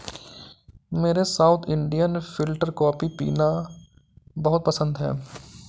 मुझे South Indian filter coffee पीना बहुत पसंद है